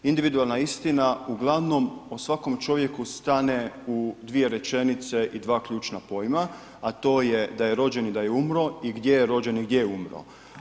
Individualna istina uglavnom o svakom čovjeku stane u dvije rečenice i dva ključna pojma, a to je da je rođen i da je umro i gdje je rođen i gdje je umro.